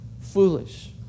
foolish